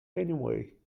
anyway